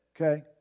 Okay